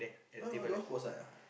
oh yours put outside ah